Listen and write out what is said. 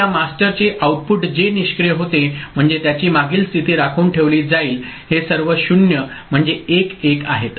तर या मास्टरचे आउटपुट जे निष्क्रीय होते म्हणजे त्याची मागील स्थिती राखून ठेवली जाईल हे सर्व 0 म्हणजे 1 1 आहेत